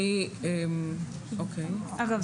אגב,